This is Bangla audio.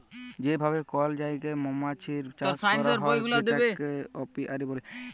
যে ভাবে কল জায়গায় মমাছির চাষ ক্যরা হ্যয় সেটাকে অপিয়ারী ব্যলে